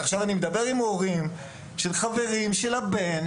אני מדבר עם הורים של חברים של הבן,